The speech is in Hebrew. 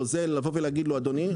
להגיד לו: אדוני,